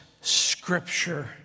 scripture